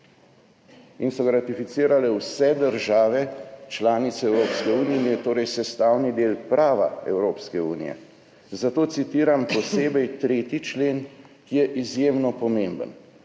in so ga ratificirale vse države članice Evropske unije in je torej sestavni del prava Evropske unije, zato citiram posebej 3. člen, ki je izjemno pomemben: